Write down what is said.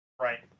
right